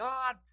God